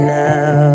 now